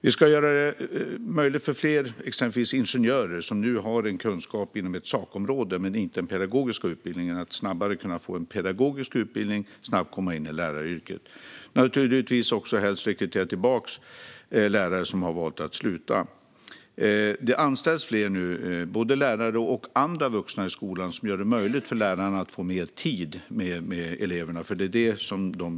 Vi ska göra det möjligt för fler, exempelvis ingenjörer som har en kunskap inom ett sakområde men inte den pedagogiska utbildningen, att snabbare få en pedagogisk utbildning och snabbt komma in i läraryrket. Det handlar naturligtvis också om att helst rekrytera tillbaka lärare som har valt att sluta. Det anställs nu fler, både lärare och andra vuxna i skolan, vilket gör det möjligt för lärarna att få mer tid med eleverna. Det är det som behövs.